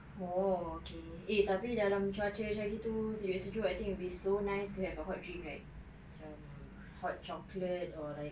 oh okay eh tapi dalam cuaca macam gitu sejuk-sejuk ah I think it'll be so nice to have a hot drink right macam hot chocolate or like